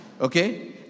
okay